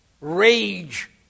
rage